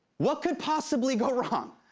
what could possibly go wrong?